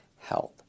health